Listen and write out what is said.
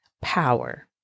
Power